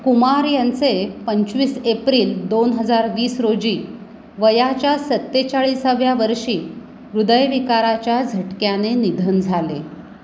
कुमार यांचे पंचवीस एप्रिल दोन हजार वीस रोजी वयाच्या सत्तेचाळीसाव्या वर्षी हृदयविकाराच्या झटक्याने निधन झाले